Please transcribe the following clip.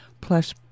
plus